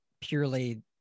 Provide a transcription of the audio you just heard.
purely